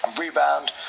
rebound